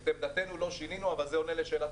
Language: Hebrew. את עמדתנו לא שינינו, אבל זה עונה לשאלתך.